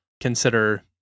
Consider